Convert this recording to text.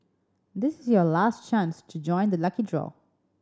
this is your last chance to join the lucky draw